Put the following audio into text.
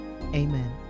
amen